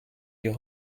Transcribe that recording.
your